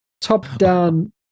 Top-down